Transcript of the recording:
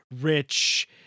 rich